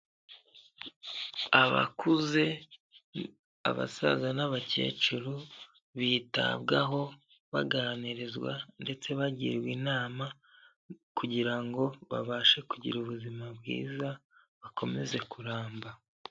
Abakuze abasaza n'abakecuru bitabwaho, baganirizwa ndetse bagirwa inama kugira ngo babashe kugira ubuzima bwiza bakomeze kuramba.